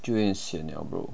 就会 sian liao bro